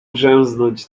grzęznąć